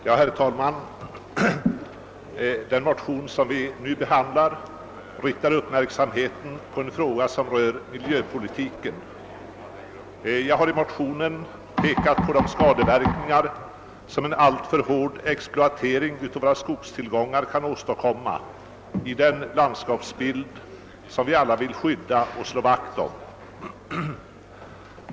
Herr talman! Den motion vi nu behandlar riktar uppmärksamheten på en fråga som rör miljöpolitiken. Jag har i motionen pekat på de skadeverkningar en alltför hård exploatering av våra skogstillgångar kan åstadkomma i den landskapsbild som vi alla vill skydda och slå vakt om.